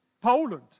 Poland